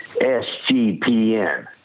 SGPN